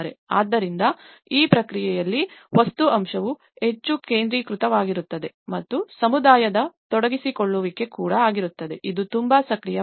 ಆದ್ದರಿಂದ ಈ ಪ್ರಕ್ರಿಯೆಯಲ್ಲಿ ವಸ್ತು ಅಂಶವು ಹೆಚ್ಚು ಕೇಂದ್ರೀಕೃತವಾಗಿರುತ್ತದೆ ಮತ್ತು ಸಮುದಾಯದ ತೊಡಗಿಸಿಕೊಳ್ಳುವಿಕೆ ಕೂಡ ಆಗಿರುತ್ತದೆ ಇದು ತುಂಬಾ ಸಕ್ರಿಯವಾಗಿದೆ